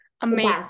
amazing